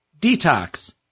Detox